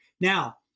Now